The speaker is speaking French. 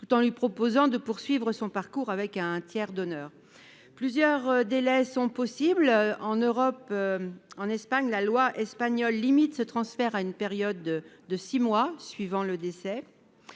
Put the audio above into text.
tout en lui proposant de poursuivre son parcours avec un tiers donneur ? Cela dit, plusieurs délais sont possibles. La loi espagnole limite le transfert à une période de six mois suivant le décès.